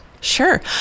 Sure